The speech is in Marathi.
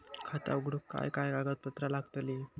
खाता उघडूक काय काय कागदपत्रा लागतली?